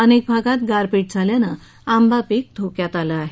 अनेक भागात गारपिट झाल्याने आंबा पिक धोक्यात आले आहे